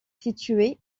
située